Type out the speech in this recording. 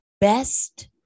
best